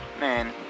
Man